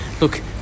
Look